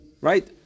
right